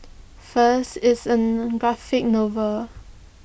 first it's an graphic novel